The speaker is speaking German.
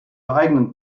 eigenen